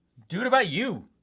do it about you.